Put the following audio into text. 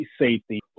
safety